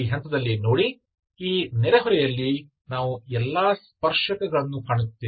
ಈ ಹಂತದಲ್ಲಿ ನೋಡಿ ಈ ನೆರೆಹೊರೆಯಲ್ಲಿ ನಾವು ಎಲ್ಲಾ ಸ್ಪರ್ಶಕಗಳನ್ನು ಕಾಣುತ್ತೇವೆ